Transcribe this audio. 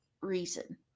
reason